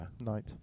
night